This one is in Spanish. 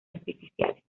artificiales